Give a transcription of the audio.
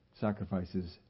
sacrifices